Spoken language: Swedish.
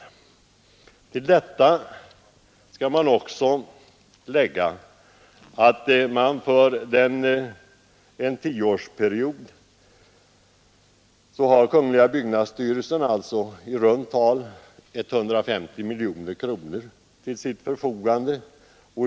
Till detta skall man också lägga att byggnadsstyrelsen för en tioårsperiod har i runt tal 150 miljoner kronor till sitt förfogande.